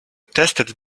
tested